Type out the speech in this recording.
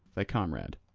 thy comrade.